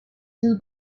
sus